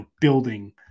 building